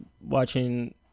watching